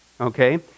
okay